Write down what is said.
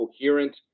coherent